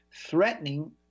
threatening